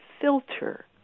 filter